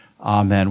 Amen